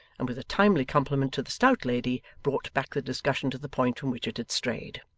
and with a timely compliment to the stout lady brought back the discussion to the point from which it had strayed.